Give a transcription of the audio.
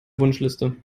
wunschliste